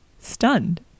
stunned